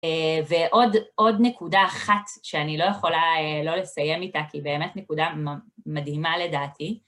ועוד נקודה אחת שאני לא יכולה לא לסיים איתה, כי באמת נקודה מדהימה לדעתי.